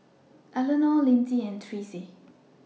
Elenore Linzy and Therese